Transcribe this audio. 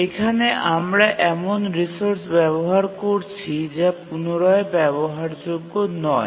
এখানে আমরা এমন রিসোর্স ব্যবহার করছি যা পুনরায় ব্যবহারযোগ্য নয়